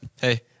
Hey